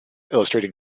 illustrating